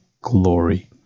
glory